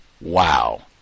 Wow